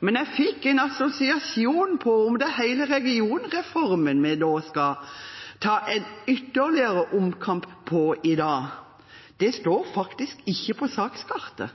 Men jeg fikk en assosiasjon om at det er hele regionreformen vi nå skal ta ytterligere en omkamp på i dag. Det står faktisk ikke på sakskartet.